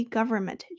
Government